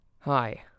Hi